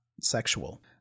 sexual